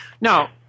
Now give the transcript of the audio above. Now